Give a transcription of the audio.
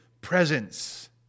presence